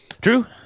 True